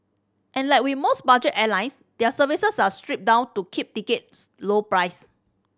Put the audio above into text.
and like with most budget airlines their services are stripped down to keep tickets low price